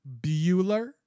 Bueller